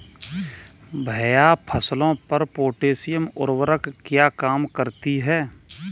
भैया फसलों पर पोटैशियम उर्वरक क्या काम करती है?